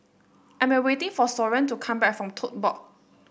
I'm awaiting for Soren to come back from Tote Board